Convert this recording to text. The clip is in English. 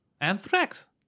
Anthrax